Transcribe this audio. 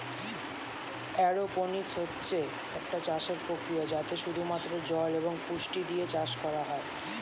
aeroponics হচ্ছে একটা চাষের প্রক্রিয়া যাতে শুধু মাত্র জল এবং পুষ্টি দিয়ে চাষ করা হয়